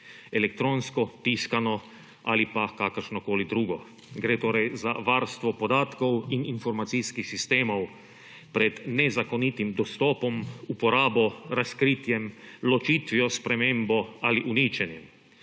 elektronsko, tiskano ali pa kakršnokoli drugo. Gre torej za varstvo podatkov in informacijskih sistemov pred nezakonitim dostopom, uporabo, razkritjem, ločitvijo, spremembo ali uničenjem.